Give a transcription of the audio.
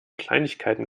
kleinigkeiten